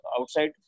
outside